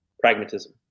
pragmatism